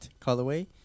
colorway